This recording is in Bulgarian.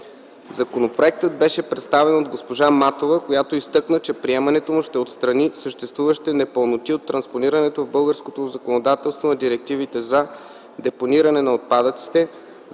Законопроектът беше представен от госпожа Матова, която изтъкна, че приемането му ще отстрани съществуващите непълноти от транспонирането в българското законодателство на директивите за: депониране на отпадъците;